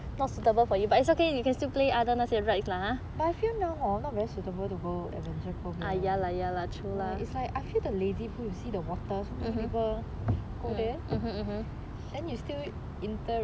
but I feel now hor not very suitable to go adventure cove it's like I feel lazy pool you see the waters so many people go there then you still interact